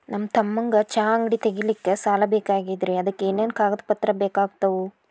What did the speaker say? ನನ್ನ ತಮ್ಮಗ ಚಹಾ ಅಂಗಡಿ ತಗಿಲಿಕ್ಕೆ ಸಾಲ ಬೇಕಾಗೆದ್ರಿ ಅದಕ ಏನೇನು ಕಾಗದ ಪತ್ರ ಬೇಕಾಗ್ತವು?